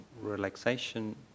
relaxation